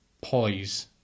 poise